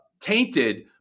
tainted